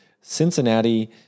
Cincinnati